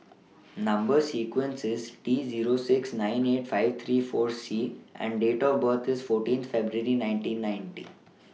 Number sequence IS T Zero six nine eight five three four C and Date of birth IS fourteen February nineteen ninety